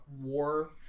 war